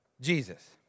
Jesus